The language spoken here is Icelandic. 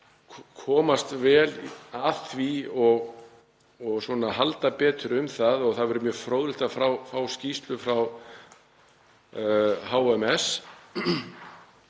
komast vel að því og halda betur um það og það verður mjög fróðlegt að fá skýrslu frá HMS